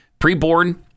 Preborn